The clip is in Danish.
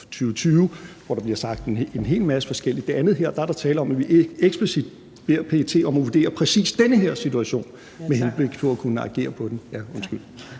2020«, hvor der bliver sagt en hel masse forskelligt. I det andet her er der tale om, at vi eksplicit beder PET om at vurdere præcis den her situation med henblik på at kunne agere på den. Kl.